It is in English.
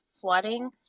flooding